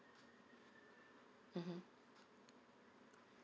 mmhmm